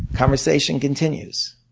conversation continues.